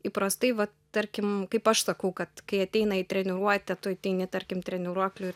įprastai vat tarkim kaip aš sakau kad kai ateina į treniruotę tu ateini tarkim treniruoklių